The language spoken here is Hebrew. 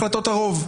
על החלטות הרוב.